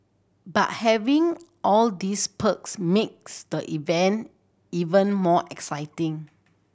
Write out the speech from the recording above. but having all these perks makes the event even more exciting